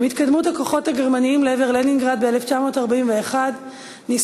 עם התקדמות הכוחות הגרמניים לעבר לנינגרד ב-1941 ניסו